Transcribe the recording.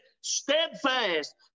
steadfast